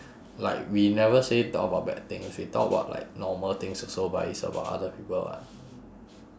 like we never say talk about bad things we talk about like normal things also but it's about other people [what]